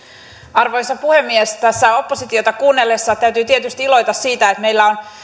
arvoisa puhemies tässä oppositiota kuunnellessa täytyy tietysti iloita siitä että meillä on